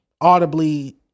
audibly